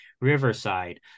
Riverside